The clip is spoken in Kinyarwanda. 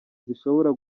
zishobora